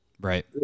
Right